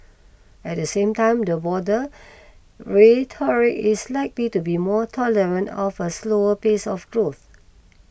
at the same time the broader rhetoric is likely to be more tolerant of a slower pace of growth